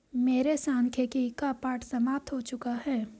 मेरे सांख्यिकी का पाठ समाप्त हो चुका है